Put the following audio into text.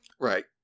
Right